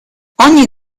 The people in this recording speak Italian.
ogni